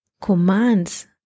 commands